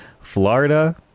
Florida